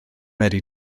medru